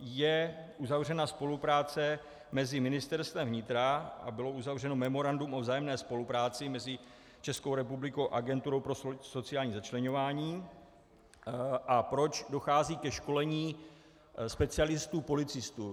je uzavřena spolupráce mezi Ministerstvem vnitra a bylo uzavřeno memorandum o vzájemné spolupráci mezi Českou republikou a Agenturou pro sociální začleňování a proč dochází ke školení specialistů policistů.